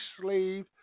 slave